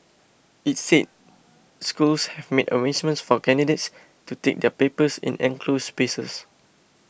it said schools have made arrangements for candidates to take their papers in enclosed spaces